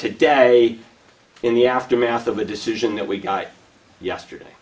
today in the aftermath of a decision that we got yesterday